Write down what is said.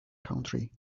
country